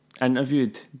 interviewed